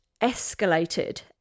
escalated